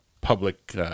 public